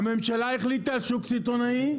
הממשלה החליטה על שוק סיטונאי,